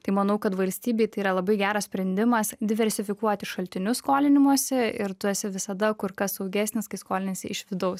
tai manau kad valstybei tai yra labai geras sprendimas diversifikuoti šaltinius skolinimosi ir tu esi visada kur kas saugesnis kai skoliniesi iš vidaus